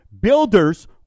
Builders